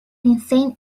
insane